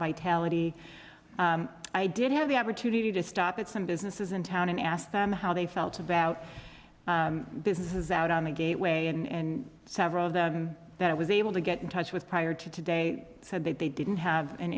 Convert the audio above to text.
vitality i did have the opportunity to stop at some businesses in town and ask them how they felt about business is out on the gateway in several of them that i was able to get in touch with prior to today said that they didn't have an